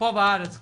פה בארץ כבר.